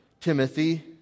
Timothy